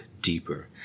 deeper